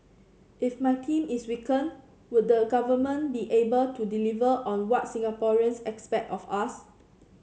if my team is weakened would the government be able to deliver on what Singaporeans expect of us